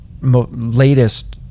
latest